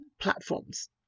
platforms